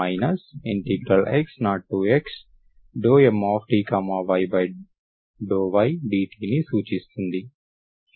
కాబట్టి ఇది gyNxy x0xMty ∂ydt ని సూచిస్తుంది